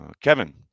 Kevin